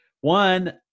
one